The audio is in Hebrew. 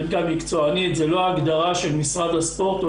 ליגה מקצוענית זו לא הגדרה של משרד הספורט.